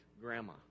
grandma